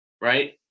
right